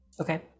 Okay